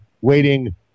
waiting